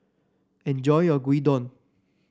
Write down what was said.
enjoy your Gyudon